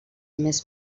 més